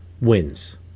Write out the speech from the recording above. wins